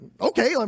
okay